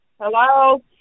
Hello